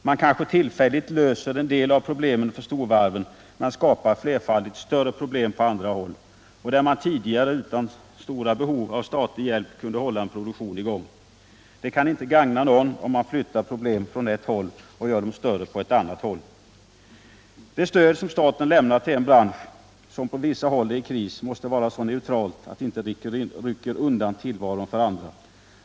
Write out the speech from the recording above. Man kanske tillfälligt löser en del av problemen för storvarven, men man skapar flerfaldigt större problem på andra håll där produktionen tidigare utan statlig hjälp har kunnat hållas i gång. Det kan inte gagna någon om man flyttar på problem från ett håll och gör dem större på ett annat håll. Det stöd som staten lämnar till en bransch som på vissa håll är i kris måste vara så neutralt att det inte rycker undan tillvaron för andra.